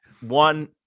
one